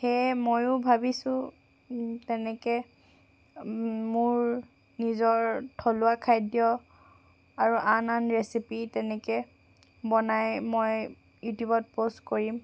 সেয়ে ময়ো ভাবিছোঁ তেনেকৈ মোৰ নিজৰ থলুৱা খাদ্য আৰু আন আন ৰেচিপি তেনেকৈ বনাই মই ইউটিউবত প'ষ্ট কৰিম